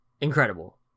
Incredible